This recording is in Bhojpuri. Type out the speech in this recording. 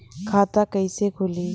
खाता कईसे खुली?